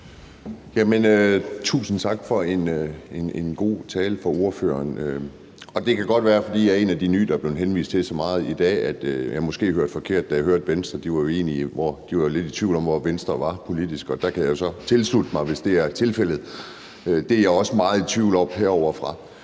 Tusind tak for en god tale fra ordføreren. Og det kan godt være, fordi jeg er en af de nye, der er blevet henvist så meget til i dag, at jeg måske hørte forkert, da jeg hørte, at Venstre var lidt i tvivl om, hvor Venstre var politisk. Og jeg kan jo så tilslutte mig, hvis det er tilfældet. Det er jeg også meget i tvivl om herovrefra.